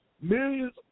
millions